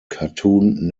cartoon